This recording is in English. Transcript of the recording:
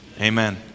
Amen